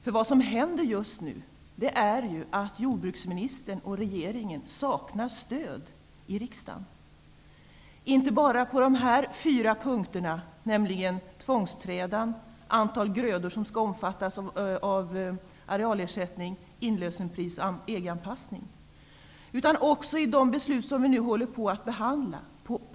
För vad som är fallet just nu är att jordbruksministern och regeringen saknar stöd i riksdagen, inte bara när det gäller de fyra punkterna, nämligen tvångsträda, antalet grödor som skall omfattas av arealersättning, inlösenpris och EG-anpassning, utan också beträffande det som vi nu håller på att behandla och skall besluta om.